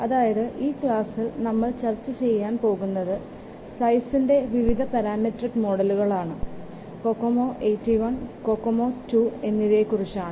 അതായത് ഈ ക്ലാസ്സിൽ നമ്മൾ ചർച്ചചെയ്യാൻ പോകുന്നത് സൈസിന്റെ വിവിധ പരാമെട്രിക് മോഡലുകളായ കൊക്കോമോ 81 കൊക്കോമോ II എന്നിവയെക്കുറിച്ചാണ്